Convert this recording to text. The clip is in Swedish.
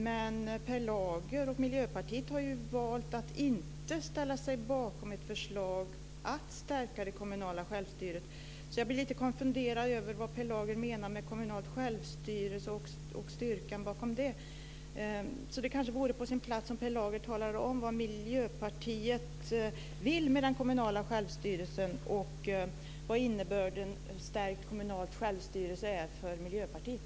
Men Per Lager och Miljöpartiet har ju valt att inte ställa sig bakom ett förslag om att stärka det kommunala självstyret, så jag blir lite konfunderad över vad Per Lager menar med kommunalt självstyre och styrkan bakom det. Därför vore det kanske på sin plats om Per Lager talade om vad Miljöpartiet vill med den kommunala självstyrelsen och vad kommunal självstyrelse har för innebörd för Miljöpartiet.